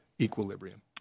equilibrium